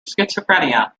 schizophrenia